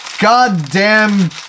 goddamn